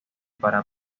para